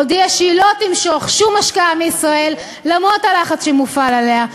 הודיעה שהיא לא תמשוך שום השקעה מישראל למרות הלחץ שמופעל עליה,